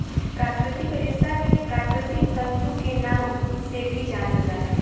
प्राकृतिक रेशा के प्राकृतिक तंतु के नाम से भी जानल जाला